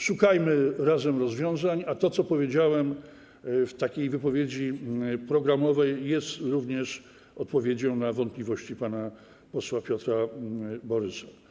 Szukajmy razem rozwiązań, a to, co powiedziałem w takiej wypowiedzi programowej, jest również odpowiedzią na wątpliwości pana posła Piotra Borysa.